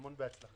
המון הצלחה.